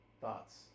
thoughts